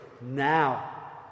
now